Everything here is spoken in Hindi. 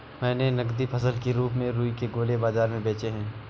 मैंने नगदी फसल के रूप में रुई के गोले बाजार में बेचे हैं